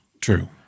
true